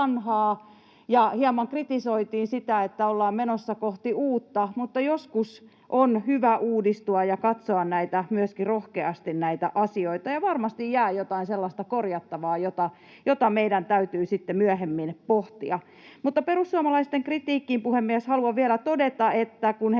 hieman kritisoitiin sitä, että ollaan menossa kohti uutta, mutta joskus on hyvä uudistua ja katsoa myöskin rohkeasti näitä asioita, ja varmasti jää jotain sellaista korjattavaa, jota meidän täytyy sitten myöhemmin pohtia. Perussuomalaisten kritiikkiin, puhemies, haluan vielä todeta, että kun he